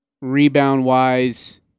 Rebound-wise